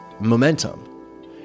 Momentum